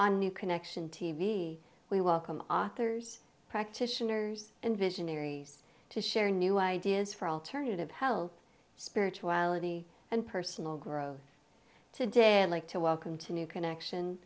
on new connection t v we welcome authors practitioners and visionaries to share new ideas for alternative health spirituality and personal growth today and like to welcome to new connection